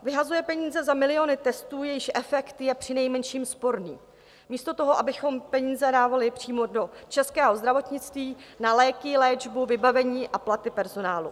Vyhazuje peníze za miliony testů, jejichž efekt je přinejmenším sporný, místo toho, abychom peníze dávali přímo do českého zdravotnictví, na léky, léčbu, vybavení a platy personálu.